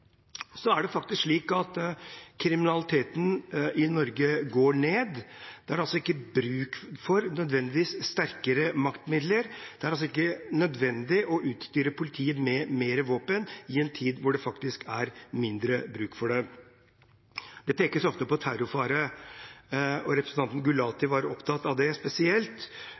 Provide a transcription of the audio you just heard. er faktisk slik at kriminaliteten i Norge går ned. Det er ikke nødvendigvis bruk for sterkere maktmidler, det er altså ikke nødvendig å utstyre politiet med mer våpen, i en tid da det faktisk er mindre bruk for dem. Det pekes ofte på terrorfare, og representanten Gulati var opptatt av det, spesielt,